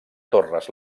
torres